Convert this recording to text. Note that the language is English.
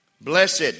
blessed